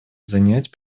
занять